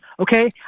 Okay